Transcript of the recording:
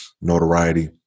notoriety